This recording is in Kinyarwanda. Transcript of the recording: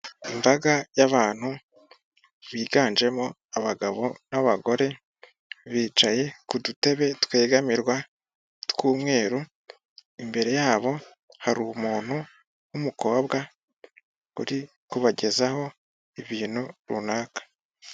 Imbaga y'abantu biganjemo abagabo n'abagore bicaye kudutebe twegamirwa tw'umweru imbere yabo hari umuntu w'umukobwa uri kubagezaho ibintu runaka.